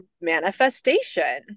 manifestation